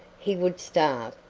he would starve,